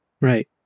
Right